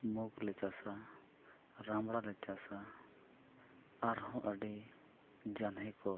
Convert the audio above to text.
ᱢᱩᱜᱽᱞᱮ ᱪᱟᱥᱟ ᱨᱟᱢᱲᱟᱞᱮ ᱪᱟᱥᱟ ᱟᱨᱦᱚᱸ ᱟᱹᱰᱤ ᱡᱟᱱᱦᱮ ᱠᱚ